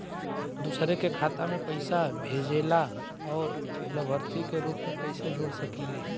दूसरे के खाता में पइसा भेजेला और लभार्थी के रूप में कइसे जोड़ सकिले?